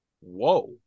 Whoa